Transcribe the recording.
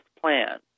plan